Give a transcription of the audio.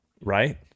right